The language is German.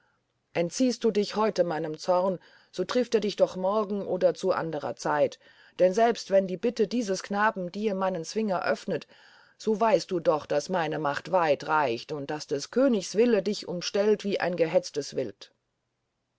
entziehst du dich heut meinem zorn so trifft er dich doch morgen oder zu anderer zeit denn selbst wenn die bitte dieses knaben dir meinen zwinger öffnet so weißt du doch daß meine macht weit reicht und daß des königs wille dich umstellt wie ein gehetztes wild